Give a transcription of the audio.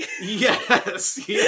Yes